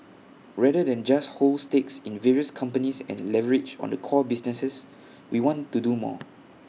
rather than just hold stakes in various companies and leverage on the core businesses we want to do more